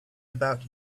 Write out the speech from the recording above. about